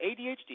ADHD